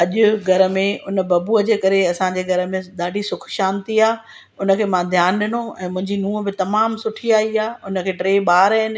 अॼ घर में हुन बबुअ जे करे असांजे घर में ॾाढी सुख शांती आहे हुनजे मां ध्यानु ॾिनो ऐं मुंहिंजी नूह बि तमामु सुठी आई आहे उनखे टे ॿार आहिनि